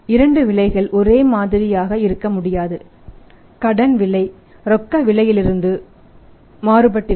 இரண்டு விலைகள் ஒரே மாதிரி இருக்க முடியாது கடன் விலை ரொக்க விலையிலிருந்து மாறுபட்டிருக்கும்